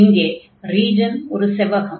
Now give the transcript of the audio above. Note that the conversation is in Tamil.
இங்கே ரீஜன் ஒரு செவ்வகம்